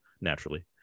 naturally